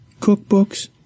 cookbooks